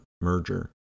merger